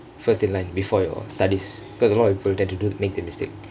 first deadline before your studies because a lot of people tend to make the that mistake